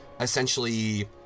essentially